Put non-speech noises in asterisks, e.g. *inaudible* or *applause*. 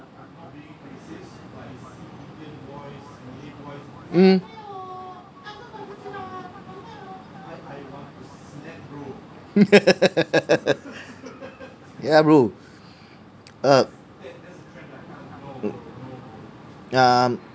um *laughs* yeah bro err um